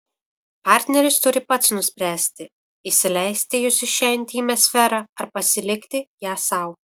partneris turi pats nuspręsti įsileisti jus į šią intymią sferą ar pasilikti ją sau